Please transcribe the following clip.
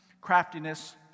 craftiness